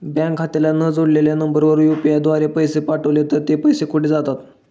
Bank खात्याला न जोडलेल्या नंबरवर यु.पी.आय द्वारे पैसे पाठवले तर ते पैसे कुठे जातात?